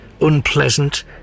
unpleasant